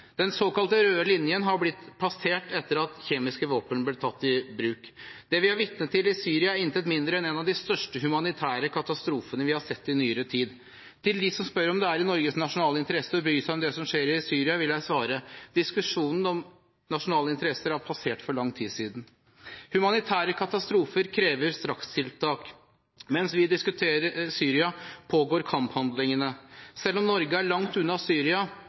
Den såkalte røde linjen har blitt plassert etter at kjemiske våpen ble tatt i bruk. Det vi er vitne til i Syria, er intet mindre enn en av de største humanitære katastrofene vi har sett i nyere tid. Til dem som spør om det er i Norges nasjonale interesse å bry seg om det som skjer i Syria, vil jeg svare: Diskusjonen om nasjonale interesser har passert for lang tid siden. Humanitære katastrofer krever strakstiltak. Mens vi diskuterer Syria, pågår kamphandlingene. Selv om Norge er langt unna Syria,